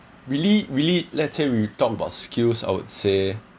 really really let's say we talk about skills I would say